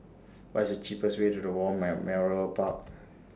What IS The cheapest Way to The War Memorial Park